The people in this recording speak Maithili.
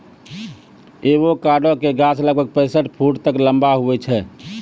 एवोकाडो के गाछ लगभग पैंसठ फुट तक लंबा हुवै छै